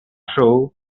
shaw